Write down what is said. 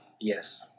Yes